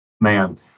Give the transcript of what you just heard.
Man